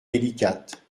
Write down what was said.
délicate